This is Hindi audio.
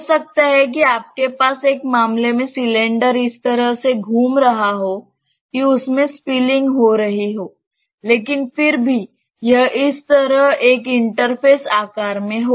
हो सकता है कि आपके पास एक मामले में सिलेंडर इस तरह से घूम रहा हो कि उसमें स्पिलिंग हो रही हो लेकिन फिर भी यह इस तरह एक इंटरफेस आकार में हो